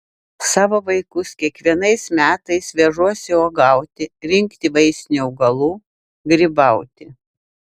savo vaikus kiekvienais metais vežuosi uogauti rinkti vaistinių augalų grybauti